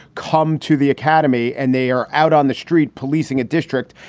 come to the academy and they are out on the street policing a district.